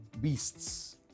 beasts